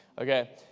okay